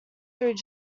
through